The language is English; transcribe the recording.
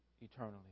eternally